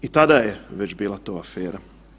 I tada je već bila to afera.